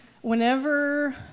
Whenever